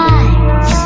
eyes